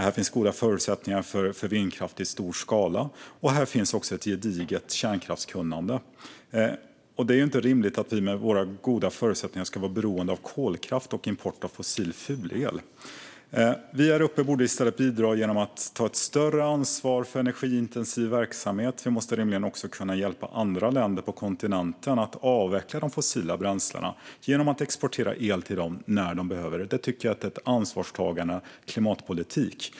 Här finns goda förutsättningar för vindkraft i stor skala. Här finns också ett gediget kärnkraftskunnande. Det är inte rimligt att vi med våra goda förutsättningar ska vara beroende av kolkraft och import av fossil fulel. Vi här uppe borde i stället bidra genom att ta ett större ansvar för energiintensiv verksamhet. Vi måste rimligen också kunna hjälpa andra länder på kontinenten att avveckla de fossila bränslena genom att exportera el till dem när de behöver det. Det tycker jag är en ansvarstagande klimatpolitik.